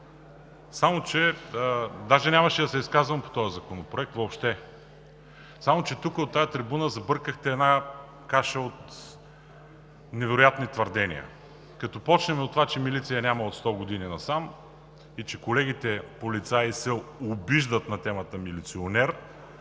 Нямаше да се изказвам по този законопроект въобще, само че тук, от тази трибуна, забъркахте една каша от невероятни твърдения. Като започнем от това, че милиция няма от сто години насам и че колегите полицаи се обиждат на темата „милиционер“,